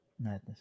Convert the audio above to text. Madness